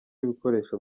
ibikoresho